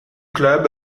club